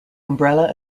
umbrella